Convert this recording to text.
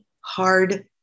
hard